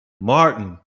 Martin